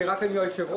אין ההצעות התקבלו.